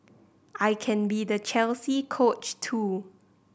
I can be the Chelsea Coach too